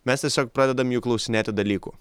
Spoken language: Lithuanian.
mes tiesiog pradedam jų klausinėti dalykų